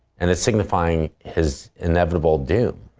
and it's signifying his inevitable doom.